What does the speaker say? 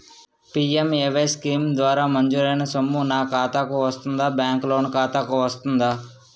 PMAY scheme ద్వారా మంజూరైన సొమ్ము నా ఖాతా కు వస్తుందాబ్యాంకు లోన్ ఖాతాకు వస్తుందా?